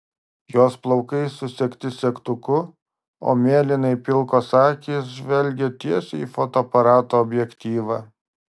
jos plaukai susegti segtuku o mėlynai pilkos akys žvelgia tiesiai į fotoaparato objektyvą